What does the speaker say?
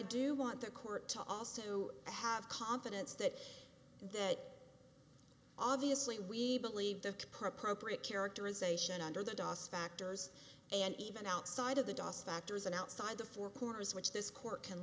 do want the court to also have confidence that that obviously we believe that per propre characterization under the das factors and even outside of the das factors and outside the four corners which this court can